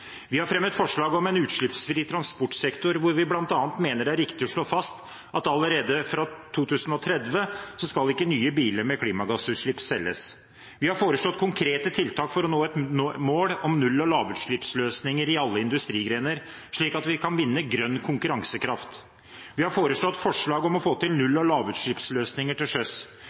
Vi har fremmet forslag om en utslippsfri transportsektor hvor vi bl.a. mener det er riktig å slå fast at allerede fra 2030 skal ikke nye biler med klimagassutslipp selges. Vi har foreslått konkrete tiltak for å nå et mål om null- og lavutslippsløsninger i alle industrigrener, slik at vi kan vinne grønn konkurransekraft. Vi har kommet med forslag om å få til null- og lavutslippsløsninger til sjøs.